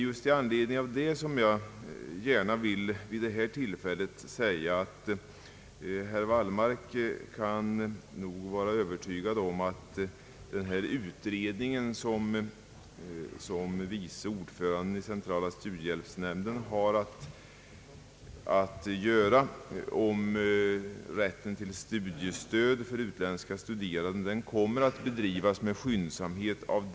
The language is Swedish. Med anledning härav vill jag gärna säga att herr Wallmark kan vara övertygad om att den utredning om rätten till studiestöd för utländska studerande, som vice ordföranden i centrala studiehjälpsnämnden har att utföra, kommer att bedrivas med skyndsamhet.